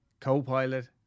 co-pilot